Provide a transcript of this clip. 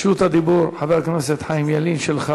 רשות הדיבור, חבר הכנסת חיים ילין, שלך.